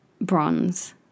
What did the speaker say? bronze